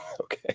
Okay